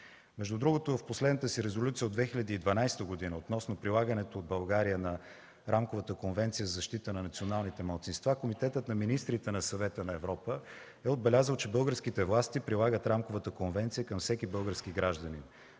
Между другото в последната си резолюция от 2012 г. относно прилагането в България на Рамковата конвенция за защита на националните малцинства, Комитетът на министрите на Съвета на Европа е отбелязал, че българските власти прилагат Рамковата конвенция към всеки български гражданин.